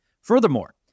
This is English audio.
Furthermore